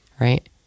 right